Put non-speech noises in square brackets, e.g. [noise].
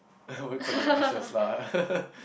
I won't call it ashes lah [laughs]